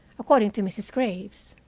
according to mrs. graves.